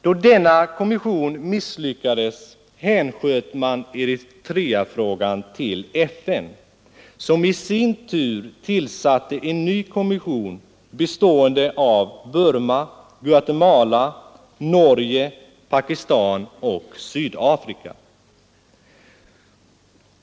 Då denna kommission misslyckades hänsköt man Eritreafrågan till FN, som i sin tur tillsatte en ny kommission bestående av Burma, Guatemala, Norge, Pakistan och Sydafrika.